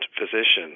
physicians